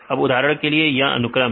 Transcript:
अब उदाहरण के लिए यह अनुक्रम है